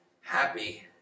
happy